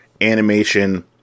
animation